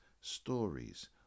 stories